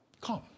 come